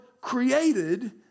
created